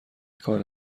کار